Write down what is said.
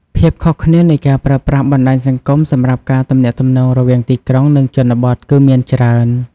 ភាពខុសគ្នានៃការប្រើប្រាស់បណ្ដាញសង្គមសម្រាប់ការទំនាក់ទំនងរវាងទីក្រុង និងជនបទគឺមានច្រើន។